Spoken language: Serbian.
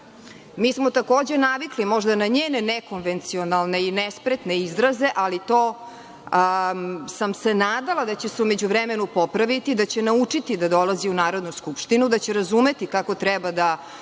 smo takođe navikli možda na njene nekonvencionalne i nespretne izraze, ali sam se nadala da će se to u međuvremenu popraviti, da će naučiti da dolazi u Narodnu skupštinu, da će razumeti kako treba da